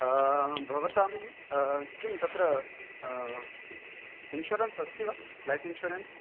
भवतां किं तत्र इन्शोरेन्स अस्ति वा लैफ़् इन्शोरेन्स